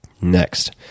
Next